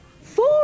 Four